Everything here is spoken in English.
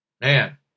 man